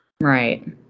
Right